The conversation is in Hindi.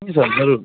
जी सर ज़रूर